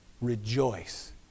rejoice